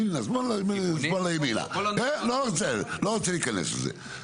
לא רוצה להיכנס לזה,